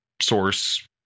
source